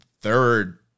third